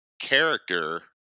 character